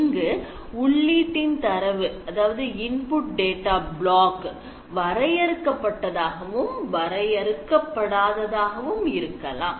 இங்கு உள்ளிடின் தரவு வரையறுக்கப்பட்டதாகவும் வரையறுக்கப்படாதாகவும் இருக்கலாம்